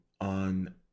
on